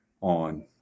on